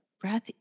Breath